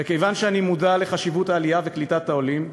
וכיוון שאני מודע לחשיבות העלייה וקליטת העולים,